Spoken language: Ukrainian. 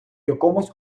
якомусь